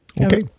Okay